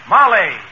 Molly